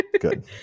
Good